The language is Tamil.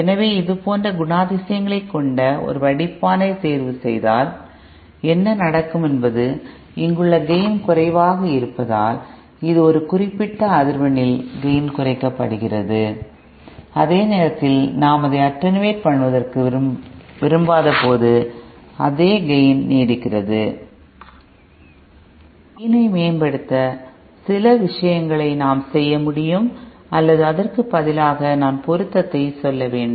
எனவே இது போன்ற குணாதிசயங்களைக் கொண்ட ஒரு வடிப்பானைத் தேர்வுசெய்தால் என்ன நடக்கும் என்பது இங்குள்ள கேய்ன் குறைவாக இருப்பதால் இது ஒரு குறிப்பிட்ட அதிர்வெண்ணில் கேய்ன் குறைக்கப்படுகிறது அதே நேரத்தில் நாம் அதை அட்டனுவேட் பண்ணுவதற்கு விரும்பாதபோது அதே கேய்ன் நீடிக்கிறது கேய்ன் ஐ மேம்படுத்த சில விஷயங்களை நாம் செய்ய முடியும் அல்லது அதற்கு பதிலாக நான் பொருத்தத்தை சொல்ல வேண்டும்